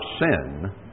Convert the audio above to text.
sin